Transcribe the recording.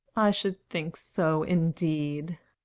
i should think so, indeed!